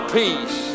peace